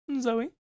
Zoe